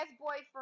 boyfriend